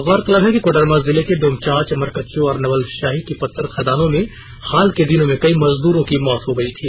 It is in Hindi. गौरतलब है कि कोडरमा जिले के डोमचांच मरकच्चो और नवलसाही की पत्थर खदानों में हाल के दिनों में कई मजदूरों की मौत हो गई थी